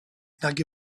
nad